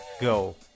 Go